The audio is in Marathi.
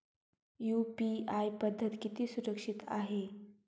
यु.पी.आय पद्धत किती सुरक्षित आहे?